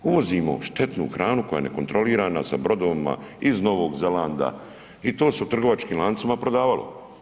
Uvozimo štetnu hranu koja je nekontrolirana sa brodovima iz Novog Zelanda i to se u trgovačkim lancima prodavalo.